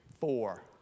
Four